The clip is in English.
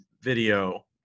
video